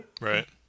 Right